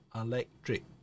electric